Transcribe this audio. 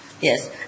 Yes